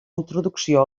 introducció